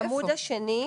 העמוד השני.